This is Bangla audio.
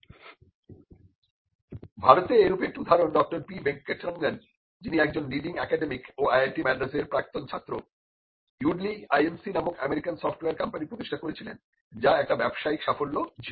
ভারতে এরূপ একটি উদাহরণ ড পি ভেনকট রঙ্গন যিনি একজন লিডিং একাডেমিক ও আইআইটি মাদ্রাজের প্রাক্তন ছাত্র Yodlee INC নামক আমেরিকান সফটওয়্যার কোম্পানি প্রতিষ্ঠা করেছিলেন যা একটি ব্যবসায়িক সাফল্য ছিল